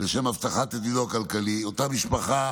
לשם הבטחת עתידו הכלכלי, אותה משפחה